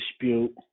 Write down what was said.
dispute